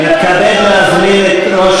חייל בצבא